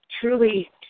truly